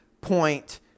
point